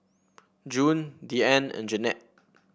June Deeann and Jannette